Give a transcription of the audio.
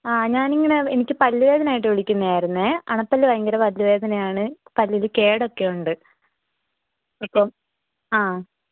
ആ ഞാനിങ്ങനെ എനിക്ക് പല്ല് വേദനയായിട്ട് വിളിക്കുന്നതായിരുന്നെ അണപ്പല്ല് ഭയങ്കര പല്ല് വേദനയാണ് പല്ലിൽ കേടൊക്കെ ഉണ്ട് അപ്പം ആ